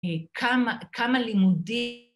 ‫כמה לימודי...